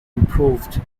improved